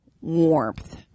warmth